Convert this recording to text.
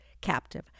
captive